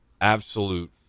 absolute